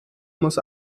muss